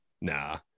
Nah